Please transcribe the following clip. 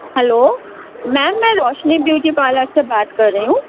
hello ma'am میں Roshni beauty parlour سے بات کر رہی ہوں